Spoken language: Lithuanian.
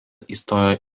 įstojo